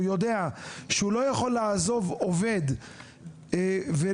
הוא יודע שהוא לא יכול לעזוב עובד ולהטיב